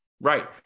Right